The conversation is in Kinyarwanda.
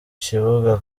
kibuga